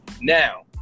Now